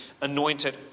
anointed